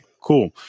Cool